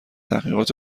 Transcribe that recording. تحقیقات